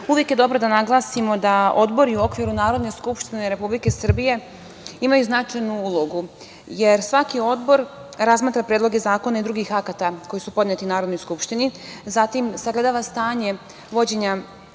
uvek je dobro da naglasimo da odbori u okviru Narodne skupštine Republike Srbije imaju značajnu ulogu, jer svaki odbor razmatra predloge zakona i drugih akata koji su podneti Narodnoj skupštini, zatim sagledava stanje vođenja